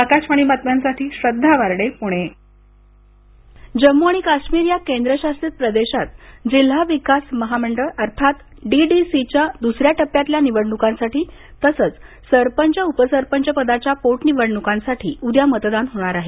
आकाशवाणी बातम्यांसाठी श्रद्वा वार्डे पुणे काश्मीर निवडणक जम्मू आणि काश्मीर या केंद्रशासित प्रदेशात जिल्हा विकास मंडळाच्या अर्थात डीडीसीच्या दुसऱ्या टप्प्यातल्या निवडणुकांसाठी तसंच सरपंच उपसरपंचपदाच्या पोटनिवडणुकांसाठी उद्या मतदान होणार आहे